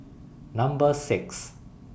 Number six